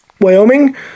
Wyoming